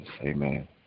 amen